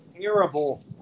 terrible –